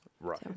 Right